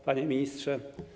Panie Ministrze!